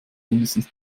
mindestens